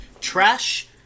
Trash